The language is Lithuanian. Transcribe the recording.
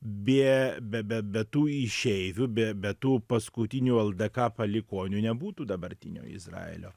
be be be be tų išeivių be be tų paskutinių ldk palikuonių nebūtų dabartinio izraelio